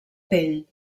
pell